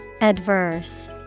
Adverse